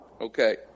Okay